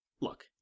look